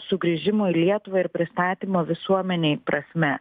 sugrįžimo į lietuvą ir pristatymo visuomenei prasme